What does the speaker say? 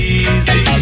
easy